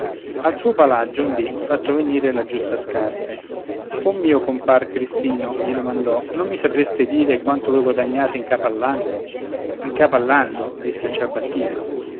al suo palagio un dì fatto venire l'aggiustascarpe o mio compar crispino gli domandò non mi sapreste dire quanto voi guadagnate in capo all'anno in capo all'anno disse il ciabattino